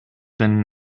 been